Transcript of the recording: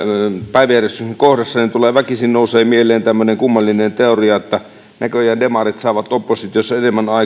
päiväjärjestyksen tässä kohdassa väkisin nousee mieleen tämmöinen kummallinen teoria siitä että näköjään demarit saavat oppositiossa